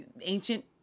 ancient